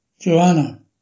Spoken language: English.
Joanna